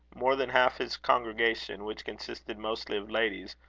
more than half his congregation, which consisted mostly of ladies,